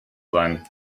sein